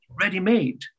ready-made